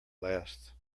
last